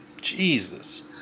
Jesus